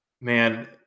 man